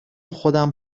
خودم